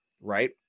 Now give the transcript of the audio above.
right